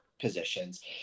positions